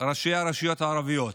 ראשי הרשויות הערביות,